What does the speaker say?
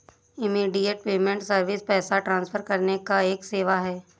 immediate payment service पैसा transfer करने का एक सेवा है